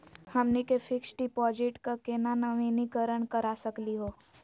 हमनी के fix deposit क केना नवीनीकरण करा सकली हो?